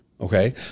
okay